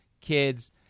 kids